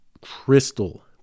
crystal